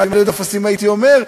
ואם היו לי עוד אפסים הייתי אומר,